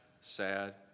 sad